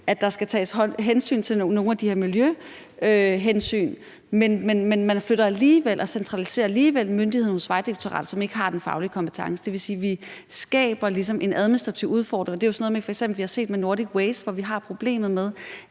at der skal tages nogle af de her miljøhensyn, men man flytter alligevel myndigheden og centraliserer den hos Vejdirektoratet, som ikke har den faglige kompetence. Det vil sige, at vi skaber ligesom en administrativ udfordring. Det er f.eks. sådan noget, som vi har set med Nordic Waste, hvor vi har problemet med,